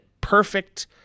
perfect